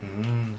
mm